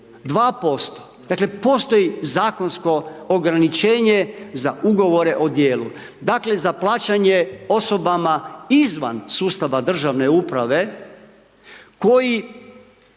2%, dakle postoji zakonsko ograničenje za ugovore o djelu, dakle za plaćanje osobama izvan sustava državne uprave koji